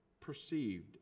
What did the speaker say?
perceived